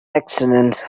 accident